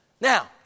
Now